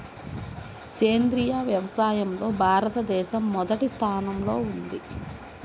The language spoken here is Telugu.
సేంద్రీయ వ్యవసాయంలో భారతదేశం మొదటి స్థానంలో ఉంది